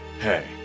Hey